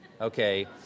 okay